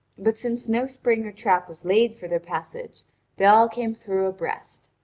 but since no spring or trap was laid for their passage they all came through abreast.